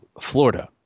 Florida